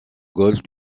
golfe